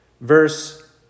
verse